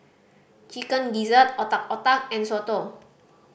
Chicken Gizzard Otak Otak and soto